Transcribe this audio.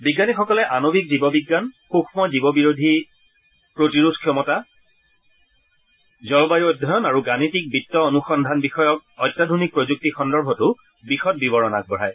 বিজ্ঞানীসকলে আণৱিক জীৱ বিজ্ঞান সৃক্ষ্ম জীৱ বিৰোধী প্ৰতিৰোধ ক্ষমতা জলবায়ু অধ্যয়ন আৰু গাণিতিক বিত্ত অনুসন্ধান বিষয়ক অত্যাধূনিক প্ৰযুক্তি সন্দৰ্ভতো বিশদ বিৱৰণ আগবঢ়ায়